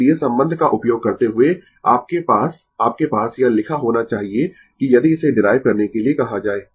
इसलिए संबंध का उपयोग करते हुए आपके पास आपके पास यह लिखा होना चाहिए कि यदि इसे डीराइव करने के लिए कहा जाए